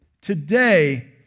Today